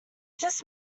just